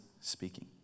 speaking